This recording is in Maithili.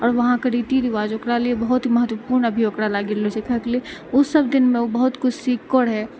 आओर वहाँके रीती रिवाज ओकरा लिए बहुत महत्वपूर्ण अभी ओकरा लागि रहै काहेके लिए ओ सब दिन मे ओ बहुत किछु सिखतो रहै